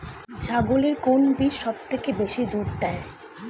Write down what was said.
ছাগলের কোন ব্রিড সবথেকে বেশি দুধ দেয়?